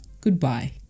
Goodbye